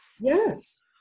Yes